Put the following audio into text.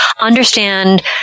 understand